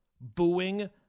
booing